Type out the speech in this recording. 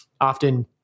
often